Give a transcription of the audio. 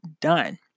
done